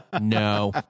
no